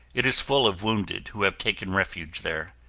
it is full of wounded who have taken refuge there.